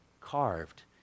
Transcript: carved